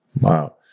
Wow